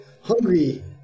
hungry